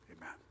Amen